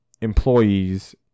employees